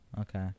Okay